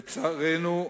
לצערנו,